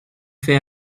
fait